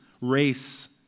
race